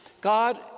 God